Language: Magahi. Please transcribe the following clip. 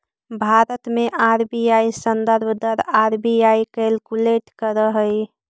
भारत में आर.बी.आई संदर्भ दर आर.बी.आई कैलकुलेट करऽ हइ